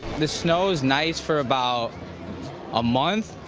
the snow is nice for about a month.